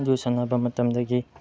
ꯑꯗꯨ ꯁꯥꯟꯅꯕ ꯃꯇꯝꯗꯒꯤ